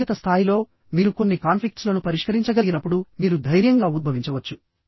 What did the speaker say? వ్యక్తిగత స్థాయిలో మీరు కొన్ని కాన్ఫ్లిక్ట్స్ లను పరిష్కరించగలిగినప్పుడు మీరు ధైర్యంగా ఉద్భవించవచ్చు